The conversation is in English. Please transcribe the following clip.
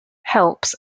helps